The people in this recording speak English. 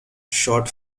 short